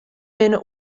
binne